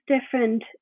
different